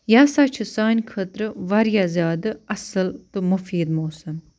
یہِ ہسا چھُ سانہِ خٲطرٕ واریاہ زیادٕ اَصٕل تہٕ مُفیٖد موسَم